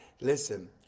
Listen